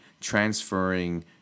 transferring